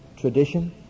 Tradition